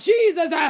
Jesus